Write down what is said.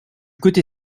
côté